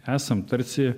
esam tarsi